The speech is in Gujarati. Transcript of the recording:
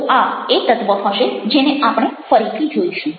તો આ એ તત્ત્વ હશે જેને આપણે ફરીથી જોઈશું